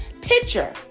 picture